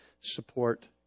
support